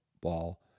ball